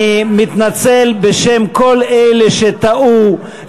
מתנצל בשם כל אלה שטעו,